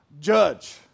judge